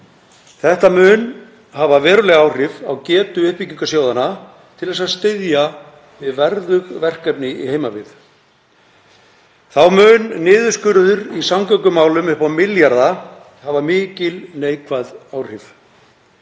Þetta mun hafa veruleg áhrif á getu sjóðanna til að styðja við verðug verkefni í heimabyggð. Þá mun niðurskurður í samgöngumálum upp á milljarða hafa mikil neikvæð áhrif.